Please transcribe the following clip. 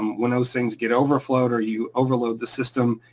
when those things get overflowed or you overload the system,